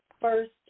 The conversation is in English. first